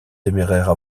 téméraire